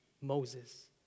Moses